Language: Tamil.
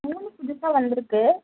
மூணு புதுசாக வந்து இருக்கு